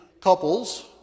couples